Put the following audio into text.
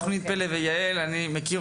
את תכנית פל"א ויע"ל אני מכיר